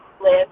Live